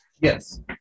Yes